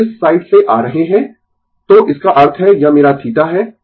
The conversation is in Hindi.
तो इस साइड से आ रहे है तो इसका अर्थ है यह मेरा θ है